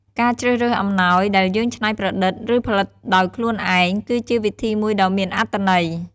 ការជ្រើសរើសអំណោយដែលយើងច្នៃប្រឌិត ឬផលិតដោយខ្លួនឯង គឺជាវិធីមួយដ៏មានអត្ថន័យ។